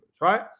right